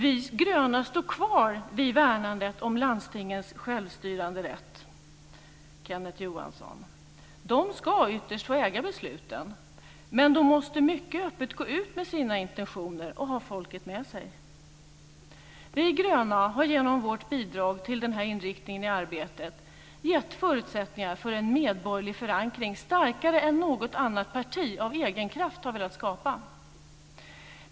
Vi gröna står kvar vid värnandet om landstingens självstyrande rätt, Kenneth Johansson. De ska ytterst få äga besluten, men de måste mycket öppet gå ut med sina intentioner och ha folket med sig. Vi gröna har genom vårt bidrag till den här inriktningen i arbetet gett förutsättningar för en medborgerlig förankring, starkare än de som något annat parti av egen kraft har velat skapa.